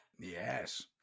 Yes